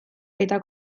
eta